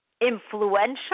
influential